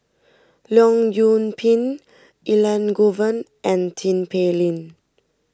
Leong Yoon Pin Elangovan and Tin Pei Ling